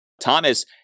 Thomas